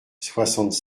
soixante